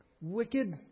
wicked